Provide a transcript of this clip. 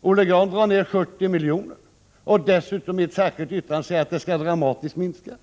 Olle Grahn vill minska det med 70 milj.kr. Dessutom kräver han i ett särskilt yttrande att det skall ytterligare dramatiskt minskas.